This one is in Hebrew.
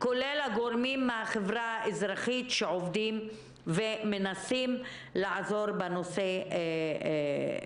כולל הגורמים מהחברה האזרחית שעובדים ומנסים לעזור בנושא זה.